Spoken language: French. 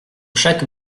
chaque